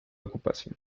ocupación